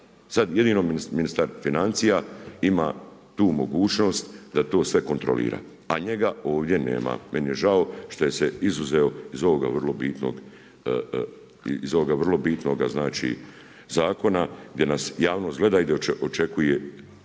jedino ministar financija ima tu mogućnost da to sve kontrolira a njega ovdje nema. Meni je žao što se izuzeo iz ovoga vrlo bitnog zakona, gdje nas javnost gleda i da očekuje